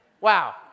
Wow